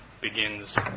begins